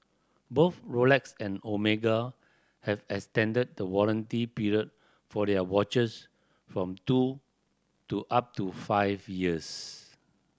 both Rolex and Omega have extended the warranty period for their watches from two to up to five years